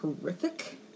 horrific